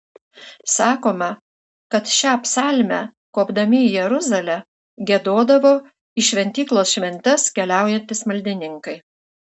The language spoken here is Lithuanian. sakoma kad šią psalmę kopdami į jeruzalę giedodavo į šventyklos šventes keliaujantys maldininkai